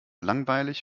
langweilig